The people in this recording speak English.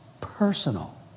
personal